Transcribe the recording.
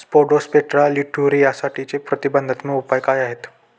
Spodoptera लिट्युरासाठीचे प्रतिबंधात्मक उपाय काय आहेत?